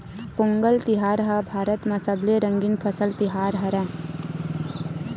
पोंगल तिहार ह भारत म सबले रंगीन फसल तिहार हरय